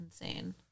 insane